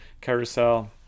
carousel